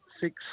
six